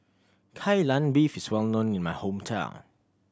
Kai Lan Beef is well known in my hometown